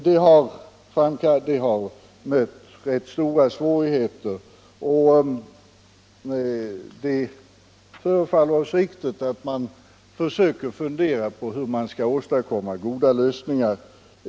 Men detta har mött ganska stora svårigheter. Det har emellertid förefallit oss riktigt att fundera på hur man där skall kunna åstadkomma goda lösningar.